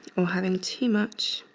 or having too much